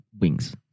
wings